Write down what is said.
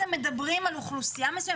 יחד עם זאת,